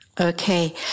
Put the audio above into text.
Okay